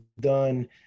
done